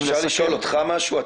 אפשר לשאול אותך משהו?